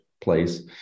place